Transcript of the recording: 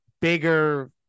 bigger